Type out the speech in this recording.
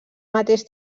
mateix